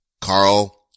Carl